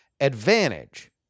Advantage